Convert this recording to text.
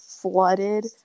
flooded